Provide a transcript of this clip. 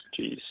Jeez